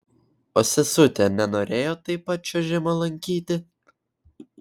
o sesutė nenorėjo taip pat čiuožimo lankyti